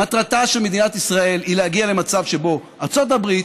מטרתה של מדינת ישראל היא להגיע למצב שבו ארצות הברית,